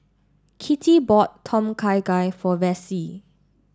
Kitty bought Tom Kha Gai for Vassie